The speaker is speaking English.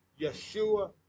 Yeshua